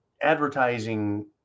advertising